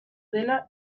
dela